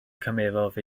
cymerodd